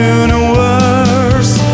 universe